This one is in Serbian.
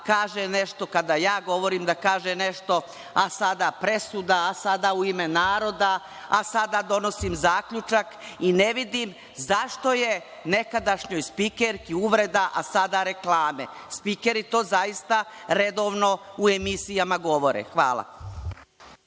kaže nešto kada je govorim, da kaže nešto, a sada presuda, a sada u ime naroda, a sada donosim zaključak, i ne vidim zašto je nekadašnjoj spikerki uvreda, a sada reklame. Spikeri to zaista redovno u emisijama govore. Hvala.